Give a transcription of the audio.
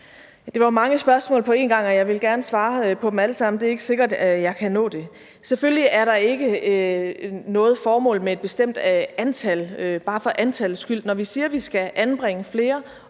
Det var mange spørgsmål på en gang, og jeg vil gerne svare på dem alle sammen, men det er ikke sikkert, jeg kan nå det. Selvfølgelig er der ikke noget formål med et bestemt antal bare for antallets skyld. Når vi siger, at der skal anbringes flere,